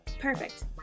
perfect